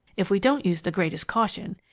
if we don't use the greatest caution.